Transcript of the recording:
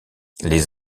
les